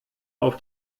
auf